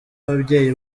ababyeyi